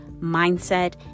mindset